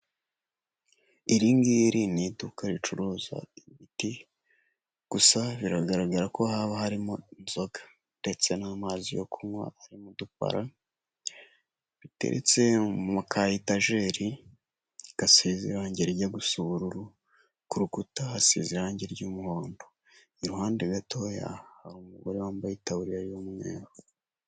Iri ngiri ni iduka ricuruza imiti gusa biragaragara ko haba harimo inzoga ndetse n'amazi yo kunywa ari mu dupara duteretse mu ka etajeri gashize irangi rijya gusa ubururu. Ku rukuta hasize irangi ry'umuhondo, iruhande gatoya hari umugore wambaye itaburiya y'umweru.